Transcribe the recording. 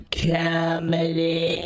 comedy